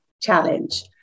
challenge